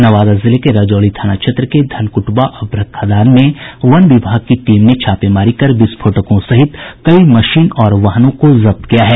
नवादा जिले के रजौली थाना क्षेत्र के धनकुटवा अभ्रक खदान में वन विभाग की टीम ने छापेमारी कर विस्फोटकों सहित कई मशीन और वाहनों को जब्त किया है